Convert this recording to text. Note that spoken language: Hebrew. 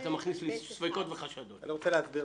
אני מכניס בי ספקות וחשדות, נקודה.